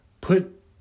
Put